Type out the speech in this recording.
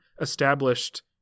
established